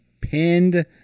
pinned